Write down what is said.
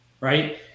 Right